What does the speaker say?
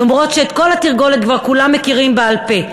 למרות שאת כל התרגולת כבר כולם מכירים בעל-פה,